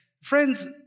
Friends